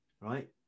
right